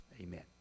Amen